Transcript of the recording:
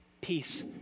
peace